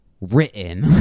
written